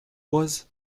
was